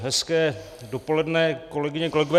Hezké dopoledne, kolegyně, kolegové.